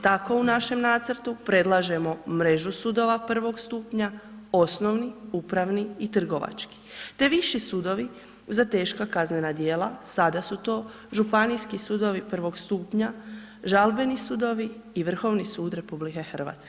Tako u našem nacrtu predlažemo mrežu sudova prvog stupnja, osnovni, upravni i trgovački te viši sudovi za teška kaznena djela, sada su to županijski sudovi prvog stupnja, žalbeni sudovi i Vrhovni sud RH.